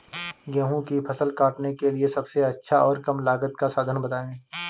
गेहूँ की फसल काटने के लिए सबसे अच्छा और कम लागत का साधन बताएं?